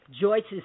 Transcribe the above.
Joyce's